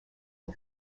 and